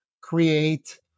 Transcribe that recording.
create